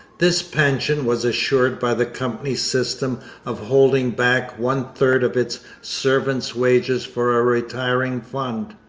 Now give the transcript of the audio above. this pension was assured by the company's system of holding back one-third of its servants' wages for a retiring fund.